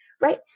right